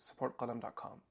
supportqalam.com